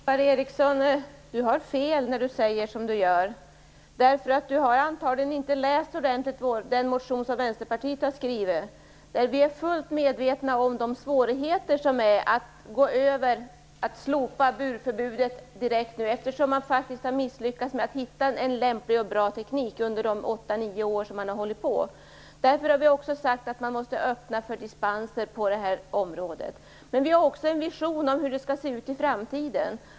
Herr talman! Ingvar Eriksson har fel när han säger som han gör. Han har antagligen inte läst den motion som Vänsterpartiet har skrivit ordentligt. Vi är fullt medvetna om de svårigheter som det innebär att direkt slopa burförbudet, eftersom man under åtta nio år har misslyckats med att hitta en lämplig och bra teknik. Därför har vi sagt att man måste öppna för dispenser på det här området. Vi har också en vision om hur det skall se ut i framtiden.